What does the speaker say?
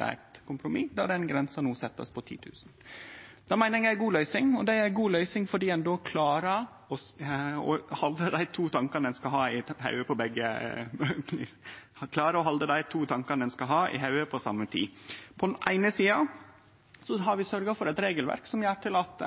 eit kompromiss der den grensa no blir sett til 10 000. Det meiner eg er ei god løysing, og det er ei god løysing fordi ein då klarar å halde dei to tankane ein skal ha, i hovudet på same tid. På den eine sida har vi sørgt for eit regelverk som gjer at